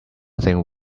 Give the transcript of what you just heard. think